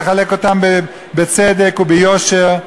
לחלק אותם בצדק וביושר.